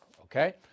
Okay